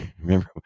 Remember